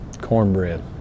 Cornbread